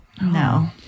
No